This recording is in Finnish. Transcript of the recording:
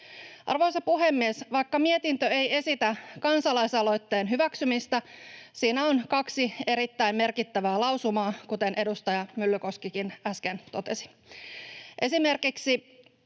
Arvoisa puhemies! Vaikka mietintö ei esitä kansalaisaloitteen hyväksymistä, siinä on kaksi erittäin merkittävää lausumaa, kuten edustaja Myllykoskikin äsken totesi. Esimerkiksi